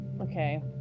okay